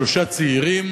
שלושה צעירים